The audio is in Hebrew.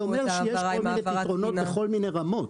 אני אומר שיש עוד פתרונות בכל מיני רמות.